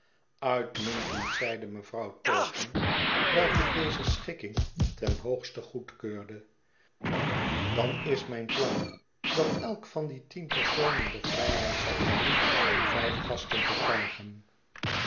uitmuntend i zeide mevrouw taunton welke deze schikking ten hoogste goedkeurde dan is mijn plan dat elk van die tien personen de vrijheid zal hebben om vijf gasten te vragen